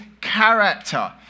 character